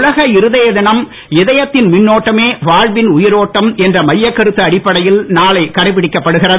உலக இருதய தினம் இதயத்தின் மின்னோட்டமே வாழ்வின் உயிரோட்டம் என்று மையக்கருத்து அடிப்படையில் நாளை கடைப்பிடிக்கப் படுகிறது